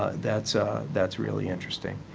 ah that's that's really interesting.